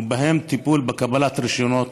ובהם טיפול בקבלת רישיונות,